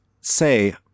say